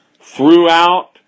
throughout